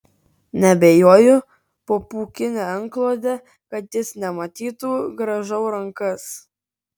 neabejoju po pūkine antklode kad jis nematytų grąžau rankas